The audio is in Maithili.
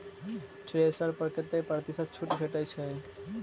थ्रेसर पर कतै प्रतिशत छूट भेटय छै?